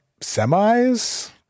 semis